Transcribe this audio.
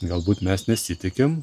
galbūt mes nesitikim